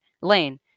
Lane